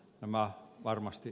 nämä varmasti